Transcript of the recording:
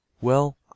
Well